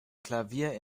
klavier